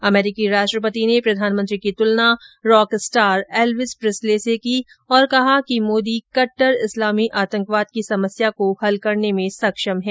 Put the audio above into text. अमरीकी राष्ट्रपति ने प्रधानमंत्री की तुलना रॉक स्टार एल्विस प्रिस्ले से की और कहा कि मोदी कट्टर इस्लामी आतंकवाद की समस्या को हल करने में सक्षम हैं